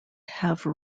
have